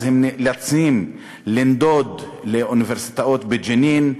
ואז הם נאלצים לנדוד לאוניברסיטאות בג'נין,